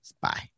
bye